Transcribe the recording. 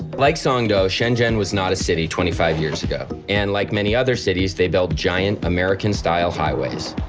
like songdo, shenzhen was not a city twenty five years ago and like many other cities, they built giant american-style highways.